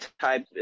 type